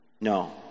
No